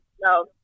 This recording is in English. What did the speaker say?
No